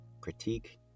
critique